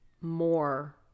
more